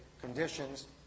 conditions